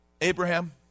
Abraham